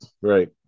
Right